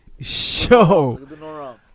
show